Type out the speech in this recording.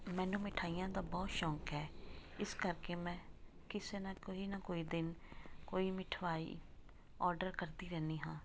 ਮੈਨੂੰ ਮਿਠਾਈਆਂ ਦਾ ਬਹੁਤ ਸ਼ੌਂਕ ਹੈ ਇਸ ਕਰਕੇ ਮੈਂ ਕਿਸੇ ਨਾਲ ਕੋਈ ਨਾ ਕੋਈ ਦਿਨ ਕੋਈ ਮਿਠਾਈ ਆਰਡਰ ਕਰਦੀ ਰਹਿੰਦੀ ਹਾਂ